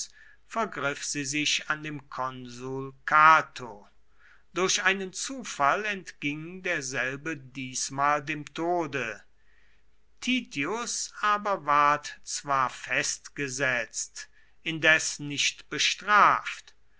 vergriff sie sich an dem konsul cato durch einen zufall entging derselbe diesmal dem tode titius aber ward zwar festgesetzt indes nicht bestraft